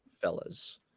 fellas